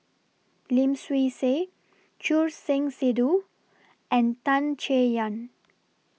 Lim Swee Say Choor Singh Sidhu and Tan Chay Yan